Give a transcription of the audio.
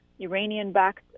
Iranian-backed